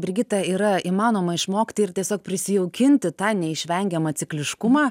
brigita yra įmanoma išmokti ir tiesiog prisijaukinti tą neišvengiamą cikliškumą